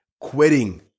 quitting